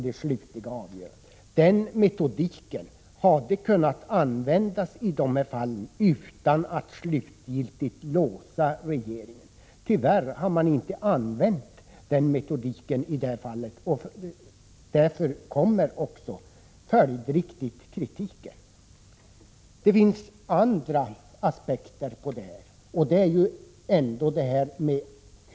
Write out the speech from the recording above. Den metodiken hade kunnat användas i de här fallen utan att regleringen slutgiltigt hade låsts. Tyvärr har så inte skett i det här fallet, och kritiken häremot är följdriktig. En annan aspekt är hur man tar hand om problemet i stort.